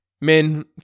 men